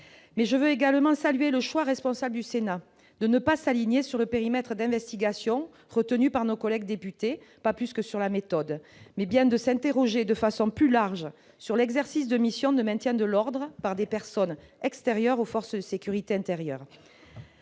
Je veux également saluer le choix responsable du Sénat de ne s'aligner ni sur le périmètre d'investigation ni sur la méthode retenus par nos collègues députés, mais de s'interroger de façon plus large sur l'exercice de missions de maintien de l'ordre par des personnes extérieures aux forces de sécurité intérieures.